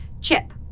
Chip